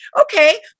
Okay